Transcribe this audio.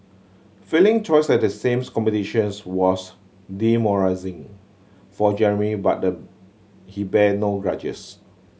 failing choice at the sames competitions was for Jeremy but the he bear no grudges